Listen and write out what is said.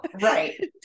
right